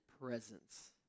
presence